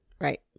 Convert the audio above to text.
Right